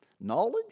knowledge